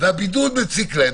והבידוד מציק להם.